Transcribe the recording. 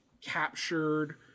captured